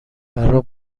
برا